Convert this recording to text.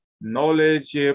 Knowledge